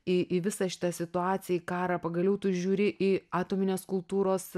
į į visą šitą situaciją į karą pagaliau tu žiūri į atominės kultūros